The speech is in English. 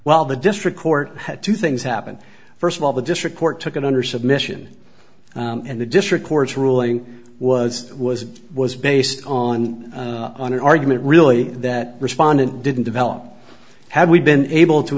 well the district court had two things happen first of all the district court took it under submission and the district court's ruling was was was based on an argument really that respondent didn't develop had we been able to